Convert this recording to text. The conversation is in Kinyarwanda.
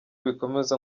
bikomeza